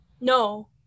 No